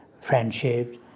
friendships